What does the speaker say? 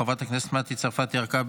חברתה כנסת מיכל שיר סגמן,